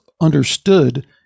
understood